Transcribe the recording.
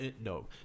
No